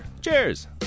Cheers